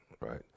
right